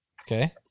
Okay